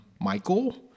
Michael